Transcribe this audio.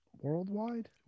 Worldwide